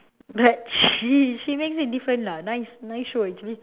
but she she makes it different lah nice nice show actually